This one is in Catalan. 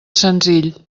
senzill